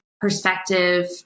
perspective